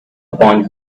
upon